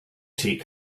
take